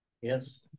Yes